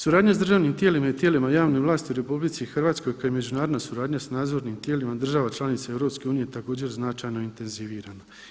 Suradnja sa državnim tijelima i tijelima javne vlasti u Republici Hrvatskoj kao i međunarodna suradnja sa nadzornim tijelima država članica Europske unije također, značajno je intenzivirana.